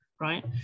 right